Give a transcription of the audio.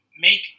make